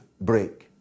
break